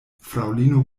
fraŭlino